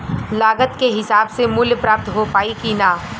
लागत के हिसाब से मूल्य प्राप्त हो पायी की ना?